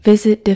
Visit